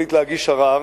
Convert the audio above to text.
החליט להגיש ערר.